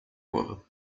kurve